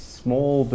small